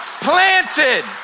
planted